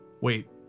wait